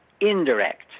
indirect